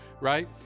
right